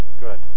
Good